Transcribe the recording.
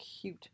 cute